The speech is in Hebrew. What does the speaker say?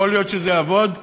יכול להיות שזה יעבוד.